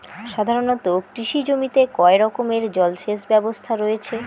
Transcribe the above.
সাধারণত কৃষি জমিতে কয় রকমের জল সেচ ব্যবস্থা রয়েছে?